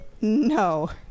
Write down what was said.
No